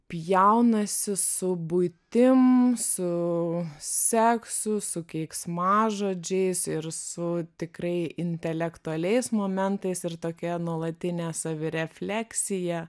pjaunasi su buitim su seksu su keiksmažodžiais ir su tikrai intelektualiais momentais ir tokia nuolatinė savirefleksija